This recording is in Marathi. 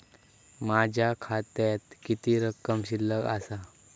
माझ्या खात्यात किती रक्कम शिल्लक आसा?